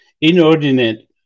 inordinate